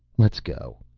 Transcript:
let's go.